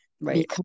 Right